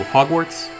Hogwarts